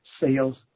sales